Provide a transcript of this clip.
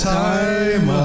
time